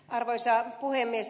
arvoisa puhemies